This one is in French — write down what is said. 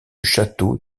château